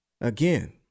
Again